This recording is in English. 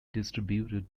distributed